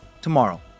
tomorrow